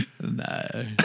No